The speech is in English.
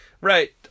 right